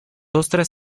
ostras